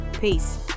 Peace